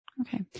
Okay